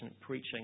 preaching